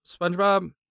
spongebob